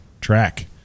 track